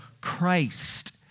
Christ